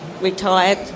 retired